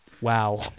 wow